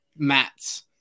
Mats